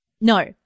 No